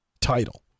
title